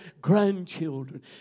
grandchildren